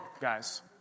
guys